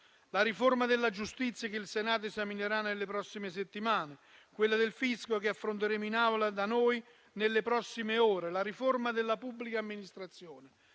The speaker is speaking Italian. la riforma della giustizia, che il Senato esaminerà nelle prossime settimane; quella del fisco, che affronteremo nell'Aula del Senato nelle prossime ore; la riforma della pubblica amministrazione;